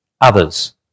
others